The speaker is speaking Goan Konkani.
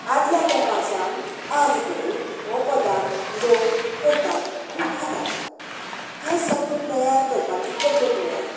आदल्या तेंपार सावन आज पर्यंत हो पदार्थ लोक करतात आनी खातात हें सत्व तयार करपाची पद्दत म्हणल्यार